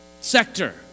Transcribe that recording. sector